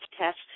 test